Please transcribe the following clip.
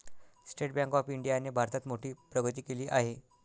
state bank of इंडियाने भारतात मोठी प्रगती केली आहे